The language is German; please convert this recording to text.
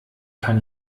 kann